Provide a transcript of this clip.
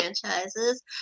franchises